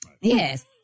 Yes